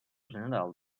general